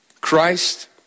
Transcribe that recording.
Christ